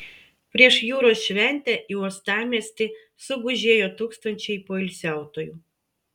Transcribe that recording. prieš jūros šventę į uostamiestį sugužėjo tūkstančiai poilsiautojų